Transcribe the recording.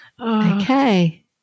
Okay